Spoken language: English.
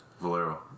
Valero